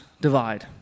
divide